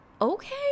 okay